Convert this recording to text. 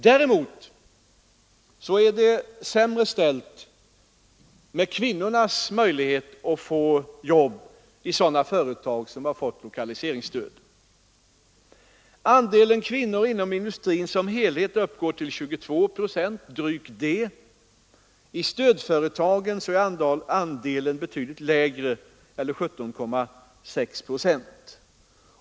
Däremot är det sämre ställt med kvinnornas möjlighet att få jobb i sådana företag som har fått lokaliseringsstöd. Andelen kvinnor inom industrin som helhet uppgår till drygt 22 procent. I stödföretagen är andelen betydligt lägre eller 17,6 procent.